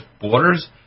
borders